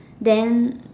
than